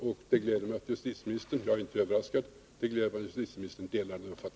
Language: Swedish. Jag är inte överraskad över det.